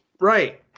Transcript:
Right